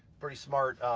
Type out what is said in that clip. pretty smart,